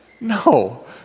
no